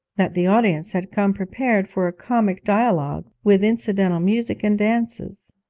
that the audience had come prepared for a comic duologue, with incidental music and dances.